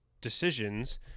decisions